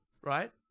Right